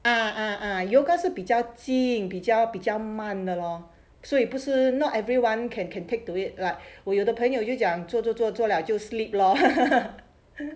ah ah yoga 是比较静比较比较慢的 lor 所以不是 not everyone can can take to it like 我有的朋友又讲做做做做了就 sleep lor